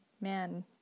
man